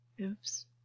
Oops